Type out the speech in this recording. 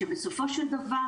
שבסופו של דבר,